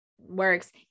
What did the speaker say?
works